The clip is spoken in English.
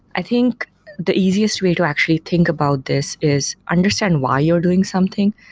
i think the easiest way to actually think about this is understand why you're doing something,